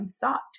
thought